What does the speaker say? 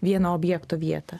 vieno objekto vietą